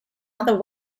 other